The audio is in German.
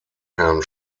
herrn